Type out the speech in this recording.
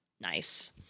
nice